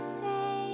say